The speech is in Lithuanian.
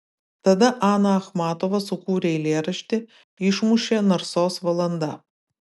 tada ana achmatova sukūrė eilėraštį išmušė narsos valanda